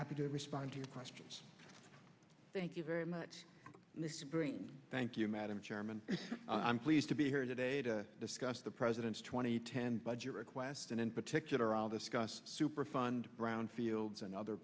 happy to respond to your questions thank you very much thank you madam chairman i'm pleased to be here today to discuss the president's twenty ten budget request and in particular i'll discuss superfund brownfields and other